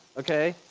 okay,